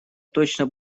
точно